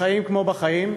בחיים כמו בחיים,